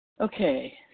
Okay